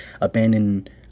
abandoned